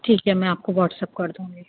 ٹھیک ہے میں آپ کو واٹس ایپ کر دوں گی